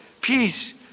peace